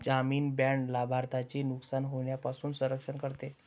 जामीन बाँड लाभार्थ्याचे नुकसान होण्यापासून संरक्षण करते